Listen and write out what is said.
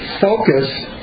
focus